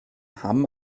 hamm